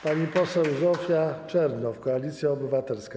Pani poseł Zofia Czernow, Koalicja Obywatelska.